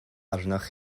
arnoch